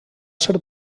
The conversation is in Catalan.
ser